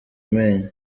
amenyo